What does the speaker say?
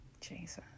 Jesus